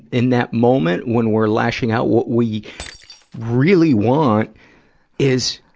in that moment, when we're lashing out, what we really want is,